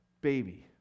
Baby